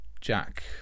Jack